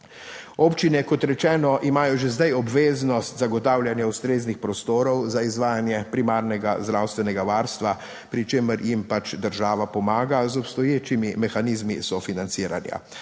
Občine, kot rečeno, imajo že zdaj obveznost zagotavljanja ustreznih prostorov za izvajanje primarnega zdravstvenega varstva, pri čemer jim pač država pomaga z obstoječimi mehanizmi sofinanciranja.